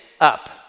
up